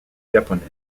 japonais